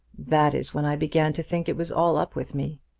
that is when i began to think it was all up with me.